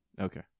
okay